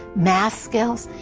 math skills.